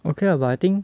okay lah but I think